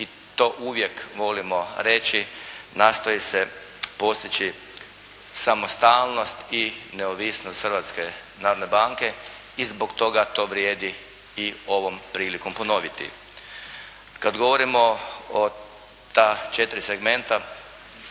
i to uvijek volimo reći nastoji se postići samostalnost i neovisnost Hrvatske narodne banke i zbog toga to vrijedi i ovom prilikom ponoviti. Kada govorimo o ta četiri segmenta